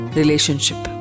relationship